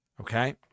Okay